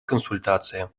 консультации